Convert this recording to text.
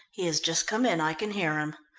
he has just come in, i can hear him.